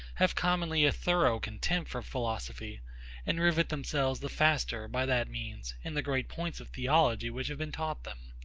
have commonly a thorough contempt for philosophy and rivet themselves the faster, by that means, in the great points of theology which have been taught them.